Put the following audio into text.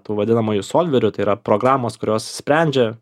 tų vadinamųjų solverių tai yra programos kurios sprendžia